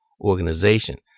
organization